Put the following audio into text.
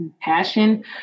passion